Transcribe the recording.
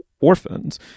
orphans